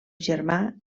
germà